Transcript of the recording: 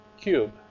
cube